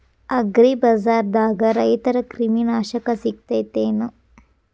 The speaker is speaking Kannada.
ಅಗ್ರಿಬಜಾರ್ದಾಗ ರೈತರ ಕ್ರಿಮಿ ನಾಶಕ ಸಿಗತೇತಿ ಏನ್?